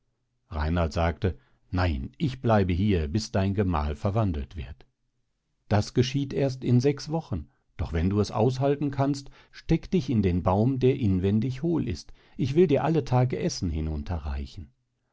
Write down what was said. reinald sagte nein ich bleibe hier bis dein gemahl verwandelt wird das geschieht erst in sechs wochen doch wenn du es aushalten kannst steck dich in den baum der inwendig hohl ist ich will dir alle tage essen hinunter